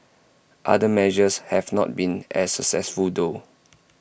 other measures have not been as successful though